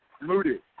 Moody